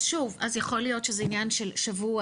אז שוב, אז יכול להיות שזה עניין של שבוע.